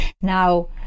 Now